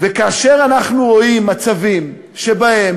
וכאשר אנחנו רואים מצבים שבהם,